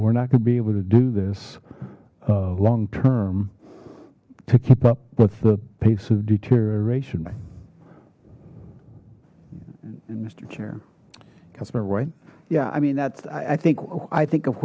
we're not going to be able to do this a long term to keep up with the pace of deterioration mister chair customer right yeah i mean that's i think i think of